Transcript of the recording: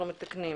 אנחנו מתקנים.